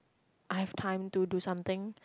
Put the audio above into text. I have time to do something